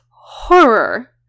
horror